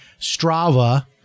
strava